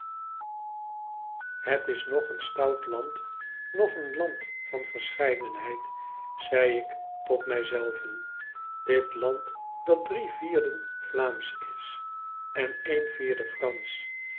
het is noch een stout land noch een land van verscheidenheid zei ik tot mij zelven dit land dat drie vierden vlaamsen is en oen vierde pransch